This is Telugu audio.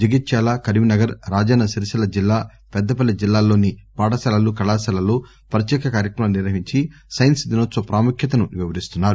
జగిత్యాల కరీంనగర్ రాజన్న సిరిసిల్ల జిల్లా పెద్దపల్లి జిల్లాలలోని పాఠశాలలు కళాశాలలలో ప్రత్యేక కార్యక్రమాలు నిర్వహించి సైన్స్ దినోత్సవ ప్రాముఖ్యతను వివరిస్తున్నారు